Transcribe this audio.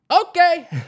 Okay